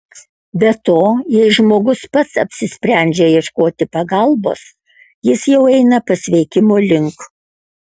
be to jei žmogus pats apsisprendžia ieškoti pagalbos jis jau eina pasveikimo link